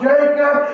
Jacob